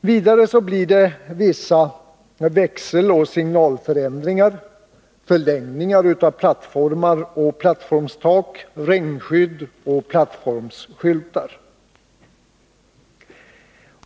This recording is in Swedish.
Vidare blir det vissa växeloch signalförändringar, förlängningar av plattformar och plattformstak, regnskydd och plattformsskyltar.